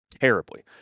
terribly